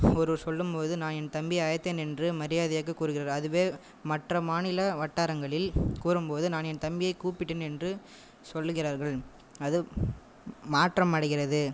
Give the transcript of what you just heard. ஒருவர் சொல்லும் பொழுது நான் என் தம்பியை அழைத்தேன் என்று மரியாதையாக கூறுகிறது அதுவே மற்ற மாநில வட்டாரங்களில் கூறும் பொழுது நான் என் தம்பியை கூப்பிட்டேன் என்று சொல்லுகிறார்கள் அது மாற்றம் அடைகிறது